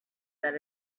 that